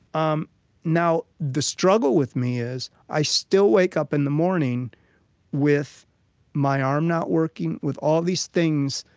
um now the struggle with me is, i still wake up in the morning with my arm not working, with all these things.